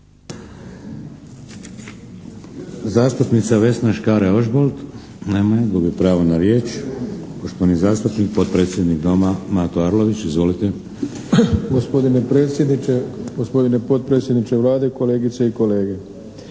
Zastupnica Vesna Škare-Ožbolt? Nema je. Gubi pravo na riječ. Poštovani zastupnik potpredsjednik Doma, Mato Arlović, izvolite. **Arlović, Mato (SDP)** Gospodine predsjedniče, gospodine potpredsjedniče Vlade, kolegice i kolege.